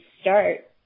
start